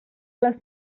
les